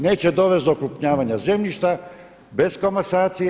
Neće dovesti do okrupnjavanja zemljišta bez komasacije.